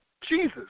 Jesus